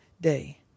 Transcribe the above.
day